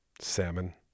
salmon